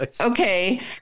okay